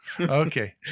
Okay